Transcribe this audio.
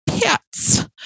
pets